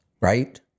Right